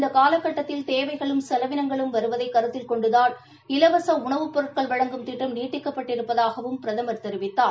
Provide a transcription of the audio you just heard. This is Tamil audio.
இந்த காலக்கட்டத்தில் தேவைகளும் செலவினங்களும் வருவதை கருத்தில் கொண்டுதான் இலவச உணவுப் பொருட்கள் வழங்கும் திட்டம் நீட்டிக்கப்பட்டிருப்பதாகவும் பிரதமர் தெரிவித்தார்